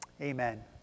Amen